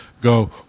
go